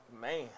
man